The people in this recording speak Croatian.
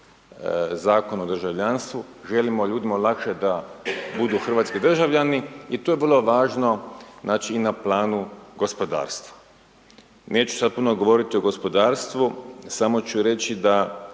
Zakon o državljanstvu, želimo ljudima olakšat da budu hrvatski državljani i to je vrlo važno i na planu gospodarstva. Neću sad puno govoriti o gospodarstvu, samo ću reći da,